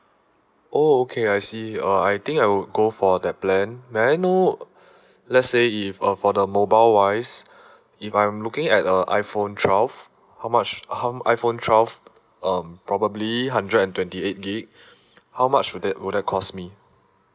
oh okay I see uh I think I would go for that plan may I know let's say if uh for the mobile wise if I'm looking at a iphone twelve how much how iphone twelve um probably hundred and twenty eight gig how much would that would that cost me